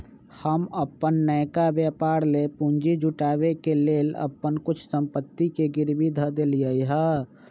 हम अप्पन नयका व्यापर लेल पूंजी जुटाबे के लेल अप्पन कुछ संपत्ति के गिरवी ध देलियइ ह